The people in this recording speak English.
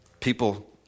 People